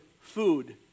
food